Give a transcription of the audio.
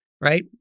right